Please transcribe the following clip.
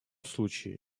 случае